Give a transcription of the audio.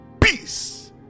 Peace